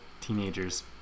teenagers